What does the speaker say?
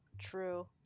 True